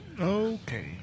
Okay